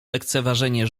lekceważenie